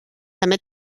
també